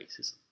racism